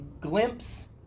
glimpse